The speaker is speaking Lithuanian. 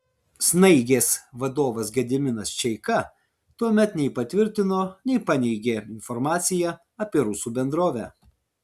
snaigės vadovas gediminas čeika tuomet nei patvirtino nei paneigė informaciją apie rusų bendrovę